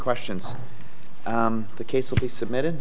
questions the case will be submitted